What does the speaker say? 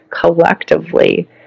collectively